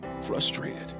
frustrated